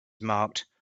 marked